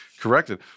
corrected